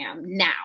now